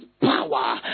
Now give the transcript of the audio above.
power